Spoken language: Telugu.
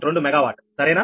2 మెగావాట్ అవునా